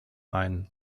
ein